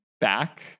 back